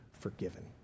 forgiven